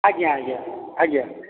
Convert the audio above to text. ଆଜ୍ଞା ଆଜ୍ଞା ଆଜ୍ଞା